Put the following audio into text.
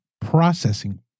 processing